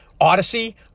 Odyssey